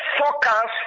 focus